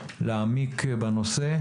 להעמיק בנושא,